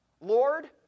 Lord